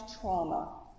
trauma